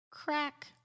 Crack